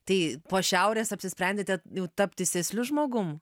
tai po šiaurės apsisprendėte tapti sėsliu žmogum